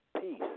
peace